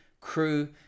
crew